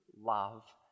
love